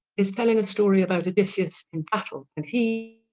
is telling a story about odysseus in battle and he,